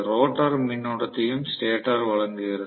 rotor மின்னோட்டத்தையும் stator வழங்குகிறது